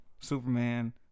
Superman